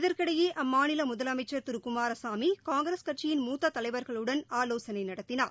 இதற்கிடையே அம்மாநிலமுதலமைச்சர் திருகுமாரசாமிகாங்கிரஸ் கட்சியின் மூத்ததலைவர்களுடன் ஆலோசனைநடத்தினார்